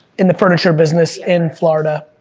in the furniture business, in florida?